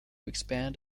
expand